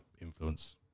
influence